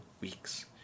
weeks